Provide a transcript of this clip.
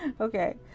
Okay